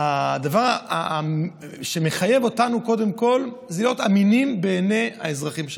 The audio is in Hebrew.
הדבר שמחייב אותנו קודם כול זה להיות אמינים בעיני האזרחים שלנו.